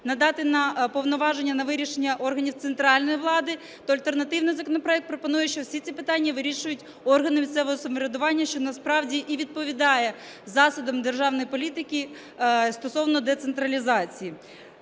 надати у повноваження на вирішення органам центральної влади, то альтернативний законопроект пропонує, що всі ці питання вирішують органи місцевого самоврядування, що насправді і відповідає засадам державної політики стосовно децентралізації.